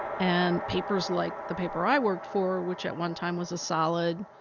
and papers like the paper i worked for, which at one time was a solid,